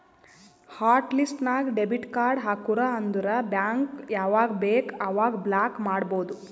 hot list ನಾಗ್ debit card ಹಾಕುರ್ ಅಂದುರ್ ಬ್ಯಾಂಕ್ ಯಾವಾಗ ಬೇಕ್ ಅವಾಗ ಬ್ಲಾಕ್ ಮಾಡ್ಬೋದು